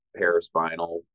paraspinal